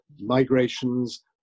migrations